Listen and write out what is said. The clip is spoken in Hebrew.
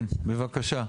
כן, בבקשה,